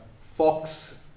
Fox